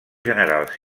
generals